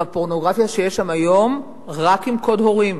בפורנוגרפיה שיש שם היום, רק עם קוד הורים.